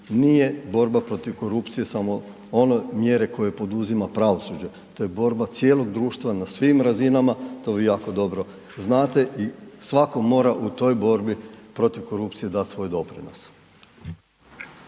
nije borba protiv korupcije samo one mjere koje poduzima pravosuđe. To je borba cijelog društva na svim razinama, to vi jako dobro znate i svatko mora u toj borbi protiv korupcije dati svoj doprinos.